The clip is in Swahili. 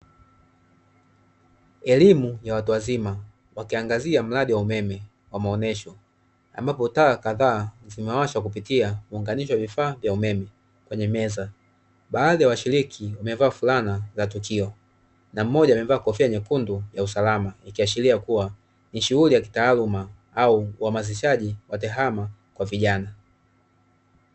Elimu ya watu wazima, waakiangazia mradi wa umeme wa maonyesho, ambapo taa kadhaa zimewashwa kupitia muunganisho wa vifaa vya umeme kwenye meza. Baadhi ya washiriki wamevaa fulana za tukio na mmoja amevaa kofia ya usalama, ikiashiria kua ni shughuli ya kitaaluma au umahasishaji wa tehama kwa vijana.